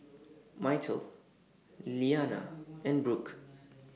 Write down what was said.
Myrtle Lilyana and Brooke